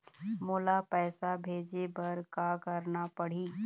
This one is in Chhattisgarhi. मोला पैसा भेजे बर का करना पड़ही?